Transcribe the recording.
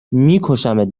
میکشمت